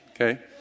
okay